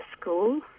school